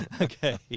Okay